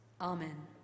Amen